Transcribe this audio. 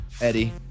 Eddie